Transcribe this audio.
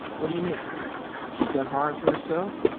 what do you mean she's done harm to herself?